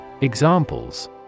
Examples